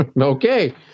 Okay